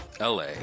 LA